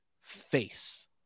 face